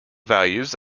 values